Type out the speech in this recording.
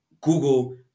Google